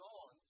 on